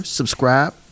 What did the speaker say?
subscribe